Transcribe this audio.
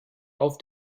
auf